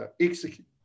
execute